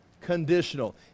conditional